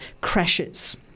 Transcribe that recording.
crashes